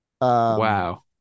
Wow